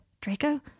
Draco